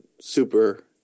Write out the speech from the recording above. super